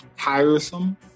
tiresome